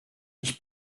ich